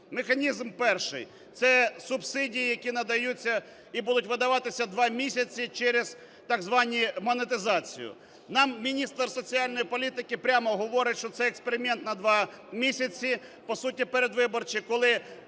Механізм перший – це субсидії, які надаються і будуть видаватися два місяці через так звану "монетизацію". Нам міністр соціальної політики прямо говорить, що це – експеримент на два місяці, по суті передвиборчі, коли